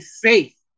faith